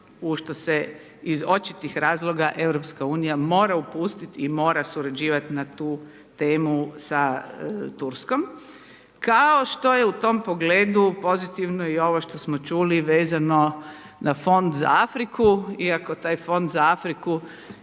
u što se iz očitih razloga Europska unija mora upustit i mora surađivat na tu temu sa Turskom. Kao što je u tom pogledu pozitivno i ovo što smo čuli vezano na fond za Afriku iako taj fond za Afriku